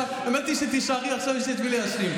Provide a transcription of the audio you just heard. האמת, תישארי, עכשיו יש את מי להאשים.